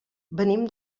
venim